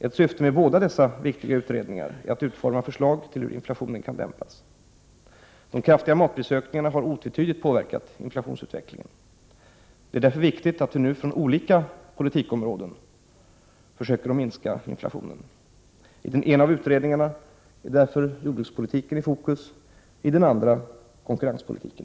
Ett syfte med båda dessa viktiga utredningar är att utforma förslag till hur inflationen kan dämpas. De kraftiga matprisökningarna har otvetydigt påverkat inflationsutvecklingen. Det är därför viktigt att vi nu från olika politikområden försöker minska inflationen. I den ena av utredningarna är därför jordbrukspolitiken i fokus, i den andra konkurrenspolitiken.